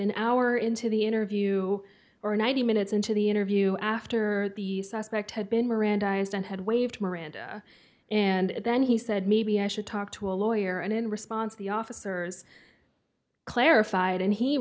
an hour into the interview or ninety minutes into the interview after the suspect had been mirandized and had waived miranda and then he said maybe i should talk to a lawyer and in response the officers clarified and he